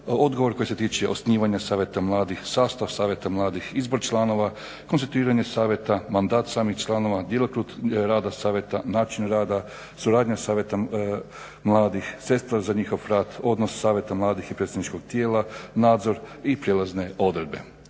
odgovor koji se tiče osnivanja Savjeta mladih, sastav Savjeta mladih, izbor članova, konstituiranje savjeta, mandat samih članova, djelokrug rada savjeta, način rada, suradnja Savjeta mladih, sredstva za njihov rad, odnos Savjeta mladih i predstavničkog tijela, nadzor i prijelazne odredbe.